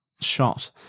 shot